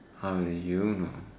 how do you know